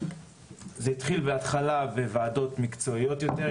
אני מניחה שאתה מכיר מצוין את